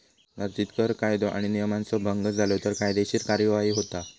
भारतीत कर कायदो आणि नियमांचा भंग झालो तर कायदेशीर कार्यवाही होता